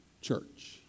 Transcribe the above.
church